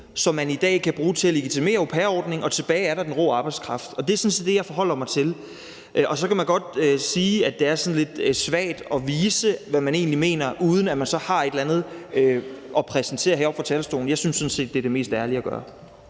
som man i dag kan bruge til at legitimere au pair-ordningen, og tilbage er der den rå arbejdskraft. Det er sådan set det, jeg forholder mig til. Så kan man godt sige, at det er sådan lidt svagt at vise, hvad jeg egentlig mener, uden at jeg har et eller andet at præsentere her fra talerstolen, men jeg synes sådan set, at det er det mest ærlige at gøre.